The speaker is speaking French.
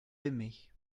aimé